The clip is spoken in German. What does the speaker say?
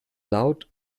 laut